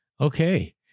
Okay